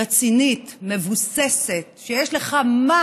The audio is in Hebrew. רצינית, מבוססת, שיש לך מה